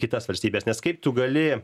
kitas valstybes nes kaip tu gali